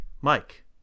Mike